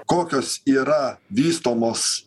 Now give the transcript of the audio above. kokios yra vystomos